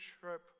trip